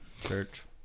Church